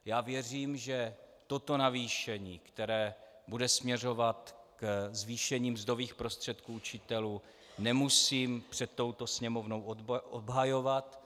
Já věřím, že toto navýšení, které bude směřovat ke zvýšení mzdových prostředků učitelů, nemusím před touto Sněmovnou obhajovat.